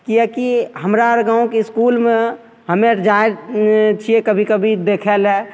किएकि हमरा आओर गामके इसकुलमे हमे जाइ छिए कभी कभी देखैले